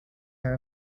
are